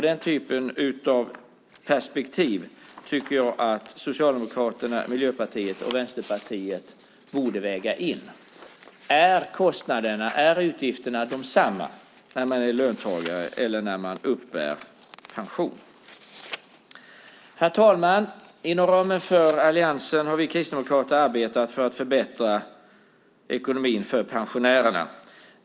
Den typen av perspektiv tycker jag att Socialdemokraterna, Miljöpartiet och Vänsterpartiet borde väga in, alltså om kostnaderna, utgifterna, är desamma när man är löntagare som när man uppbär pension. Herr talman! Inom ramen för alliansen har vi kristdemokrater arbetat för att förbättra ekonomin för pensionärerna.